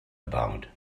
about